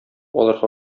алырга